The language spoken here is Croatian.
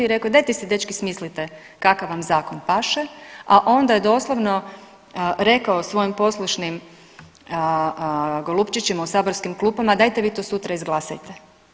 Dajte si dečki smislite kakav vam zakon paše, a onda je doslovno rekao svojim poslušnim golupčićima u saborskim klupama dajte vi to sutra izglasajte.